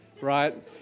right